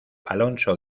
alonso